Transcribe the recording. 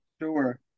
sure